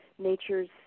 Nature's